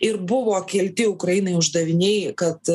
ir buvo kelti ukrainai uždaviniai kad